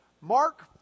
Mark